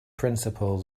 principle